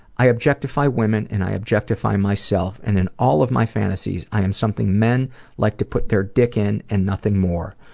i objectify women and i objectify myself, and in all of my fantasies i am something men like to put their dick in, and nothing more.